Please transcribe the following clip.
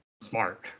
smart